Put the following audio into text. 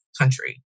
country